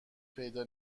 پیدا